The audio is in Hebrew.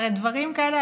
הרי דברים כאלה,